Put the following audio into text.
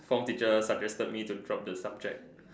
form teacher suggested me to drop the subject